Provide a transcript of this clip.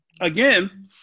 again